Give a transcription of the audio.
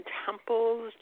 temples